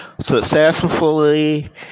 successfully